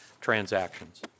transactions